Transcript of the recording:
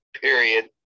period